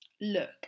look